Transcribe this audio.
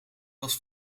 was